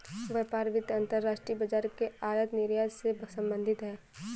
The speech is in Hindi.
व्यापार वित्त अंतर्राष्ट्रीय बाजार के आयात निर्यात से संबधित है